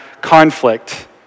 conflict